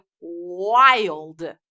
wild